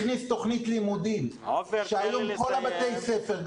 הכניס תוכנית לימודים שהיום כל בתי הספר,